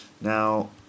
Now